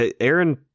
Aaron